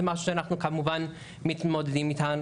זה משהו שאנחנו כמובן מתמודדים איתו.